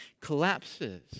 collapses